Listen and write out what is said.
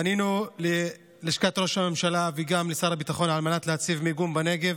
פנינו ללשכת ראש הממשלה וגם לשר הביטחון על מנת להציב מיגון בנגב,